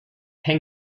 hang